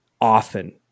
often